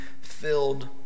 filled